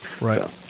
Right